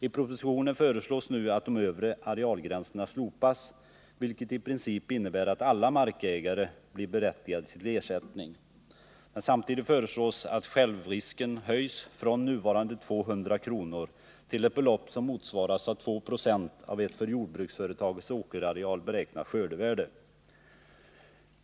I propositionen föreslås nu att de övre arealgränserna slopas, vilket i princip innebär att alla markägare blir berättigade till ersättning. Samtidigt föreslås att självrisken höjs från nuvarande 200 kr. till ett belopp som motsvaras av 2 Ze av ett för jordbruksföretagets åkerareal beräknat skördevärde.